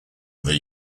other